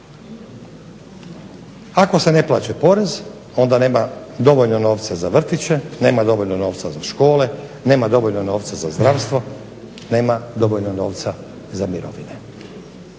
Ako se ne plaća porez onda nema dovoljno novca za vrtiće, nema dovoljno novca za škole, nema dovoljno novca za zdravstvo, nema dovoljno novca za mirovine,